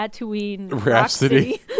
Rhapsody